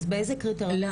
אז באיזה קריטריונים?